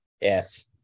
Yes